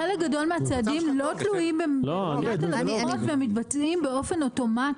חלק גדול מהצעדים לא תלויים --- בלקוחות והם מתבצעים באופן אוטומטי.